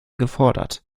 gefordert